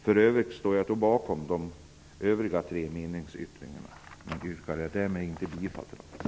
Jag står dessutom bakom meningsyttringen när det gäller de övriga tre momenten.